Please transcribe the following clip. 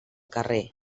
carrer